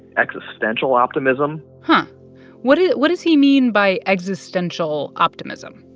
existential optimism but what does what does he mean by existential optimism?